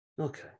Okay